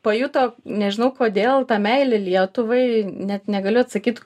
pajuto nežinau kodėl tą meilę lietuvai net negaliu atsakyt